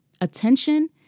attention